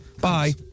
Bye